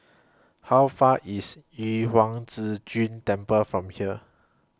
How Far away IS Yu Huang Zhi Zun Temple from here